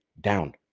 down